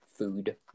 Food